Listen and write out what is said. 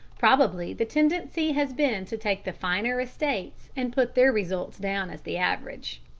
probably the tendency has been to take the finer estates and put their results down as the average.